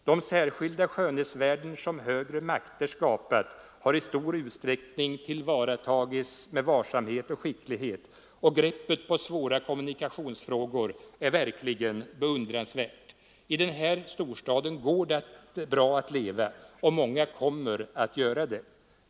De särskilda skönhetsvärden som högre makter skapat har i stor utsträckning tillvaratagits med varsamhet och skicklighet, och greppet på svåra kommunikationsfrågor är verkligen beundransvärt. I den här storstaden går det bra att leva, och många kommer att göra det.